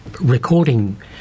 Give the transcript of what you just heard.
recording